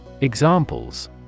examples